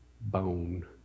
bone